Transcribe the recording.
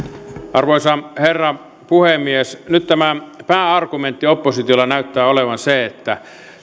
arvoisa herra puhemies nyt tämä pääargumentti oppositiolla näyttää olevan se että